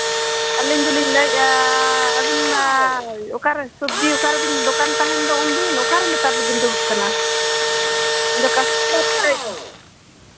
ᱟᱹᱞᱤᱧ ᱫᱚᱞᱤᱧ ᱞᱟᱹᱭᱮᱫᱼᱟ ᱟᱹᱵᱤᱱ ᱢᱟ ᱚᱠᱟᱨᱮ ᱥᱚᱵᱽᱡᱤ ᱚᱠᱟ ᱨᱮᱵᱮᱱ ᱫᱚᱠᱟᱱ ᱛᱟᱦᱮᱸᱫ ᱫᱚ ᱩᱱ ᱫᱤᱱ ᱚᱠᱟᱨᱮ ᱱᱮᱛᱟᱨ ᱫᱚ ᱵᱤᱱ ᱫᱩᱲᱩᱵ ᱠᱟᱱᱟ ᱤᱧᱫᱚ ᱠᱟᱥᱢᱟᱨᱤᱧ ᱞᱟᱹᱭᱫᱟ